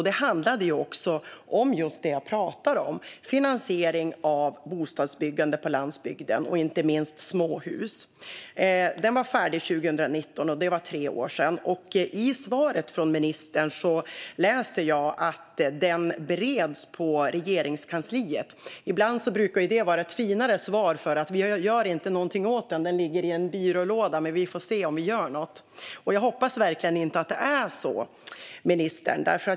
Den handlade om just det jag pratar om, finansiering av bostadsbyggande på landsbygden och inte minst av småhus. Den var färdig 2019, och det är tre år sedan. I svaret från ministern säger han att den bereds på Regeringskansliet. Ibland brukar det vara ett finare svar för: Vi gör inte någonting åt den. Den ligger i en byrålåda, men vi får se om vi gör något. Jag hoppas verkligen inte att det är så, ministern.